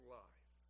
life